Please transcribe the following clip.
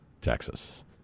Texas